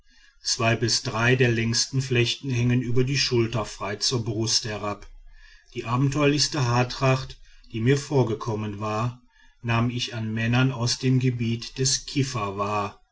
zwei bis drei der längsten flechten hängen über die schulter frei zur brust herab die abenteuerlichste haartracht die mir vorgekommen war nahm ich an männern aus dem gebiete des kifa wahr